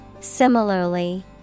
Similarly